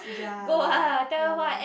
yea ya lor